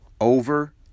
over